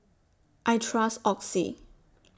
I Trust Oxy